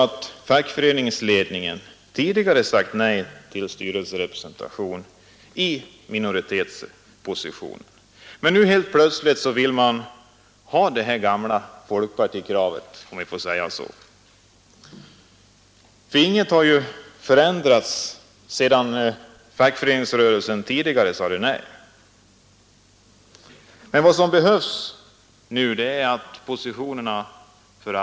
Man är överens om att den information som arbetarrepresentanten får skall betalas med att han är gisslan i styrelsen samt hela tiden är uppknuten till olika samarbetsformer. Det sägs att det här förslaget är en del i en vidgad företagsdemokrati. Men kan man vidga någonting som inte finns?